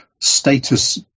Status